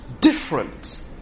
different